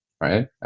right